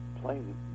plain